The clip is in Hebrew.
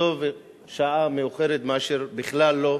וטוב מאוחר מאשר בכלל לא.